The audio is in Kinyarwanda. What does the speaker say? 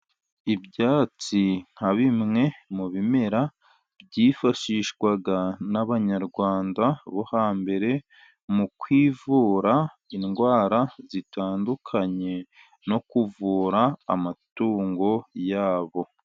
Ibyatsi nka bimwe mu bimera, byifashishwaga n'abanyarwanda bo hambere mu kwivura indwara zitandukanye, no kuvura amatungo yabo.